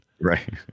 Right